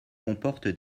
comporte